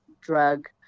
drug